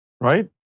right